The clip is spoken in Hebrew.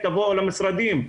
תבואו למשרדים,